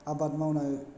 आबाद मावनाय